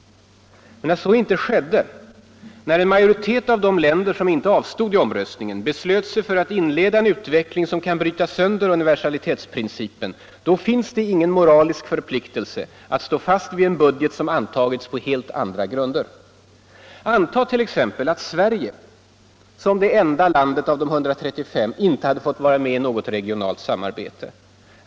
När så inte skedde, när en majoritet av de länder som inte avstod i omröstningen beslöt sig för att inleda en utveckling som kan bryta sönder universalitetsprincipen, finns det ingen moralisk förpliktelse att stå fast vid en budget som antagits på helt andra grunder. Antag t.ex. att Sverige som det enda landet av de 135 inte hade fått vara med i något regionalt samarbete.